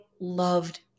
loved